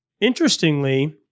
interestingly